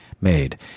made